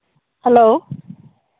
hello